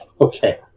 Okay